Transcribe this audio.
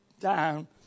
down